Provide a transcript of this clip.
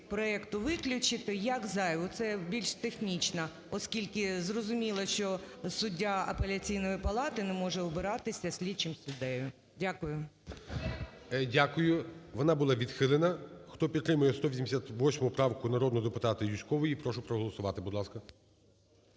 проекту виключити як зайву, це більш технічна, оскільки зрозуміло, що суддя Апеляційної палати не може обиратися слідчим суддею. Дякую. ГОЛОВУЮЧИЙ. Дякую. Вона була відхилена. Хто підтримує 188 правку народного депутата Юзькової, прошу проголосувати. Будь ласка.